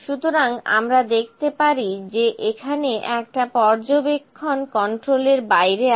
সুতরাং আমরা দেখতে পারি যে এখানে একটা পর্যবেক্ষণ কন্ট্রোলের বাইরে আছে